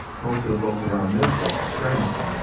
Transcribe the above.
most of the folks around this way are strangers.